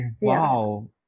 wow